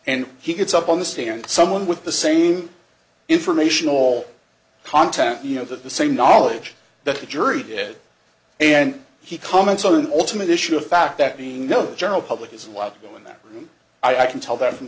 and he gets up on the stand someone with the same information all content you know that the same knowledge that the jury did and he comments on ultimate issue of fact that being no general public is allowed to go in that room i can tell that from